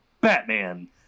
batman